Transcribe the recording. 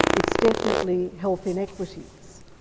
it's definitely health inequities.